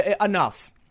Enough